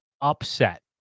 upset